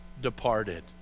departed